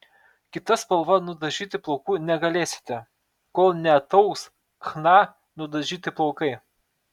kita spalva nudažyti plaukų negalėsite kol neataugs chna nudažyti plaukai